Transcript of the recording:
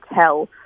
tell